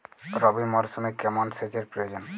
রবি মরশুমে কেমন সেচের প্রয়োজন?